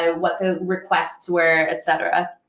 ah what the requests were, et cetera?